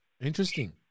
Interesting